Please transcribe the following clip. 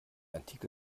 antike